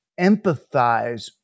empathize